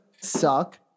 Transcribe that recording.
suck